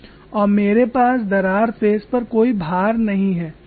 और मेरे पास दरार फेस पर कोई भार नहीं है